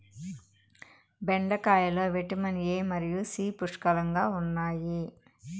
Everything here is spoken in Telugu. బెండకాయలో విటమిన్ ఎ మరియు సి పుష్కలంగా ఉన్నాయి